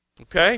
Okay